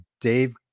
Dave